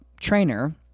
trainer